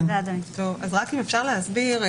אם אפשר להסביר.